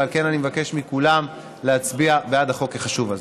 ועל כן אני מבקש מכולם להצביע בעד החוק החשוב הזה.